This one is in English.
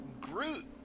Groot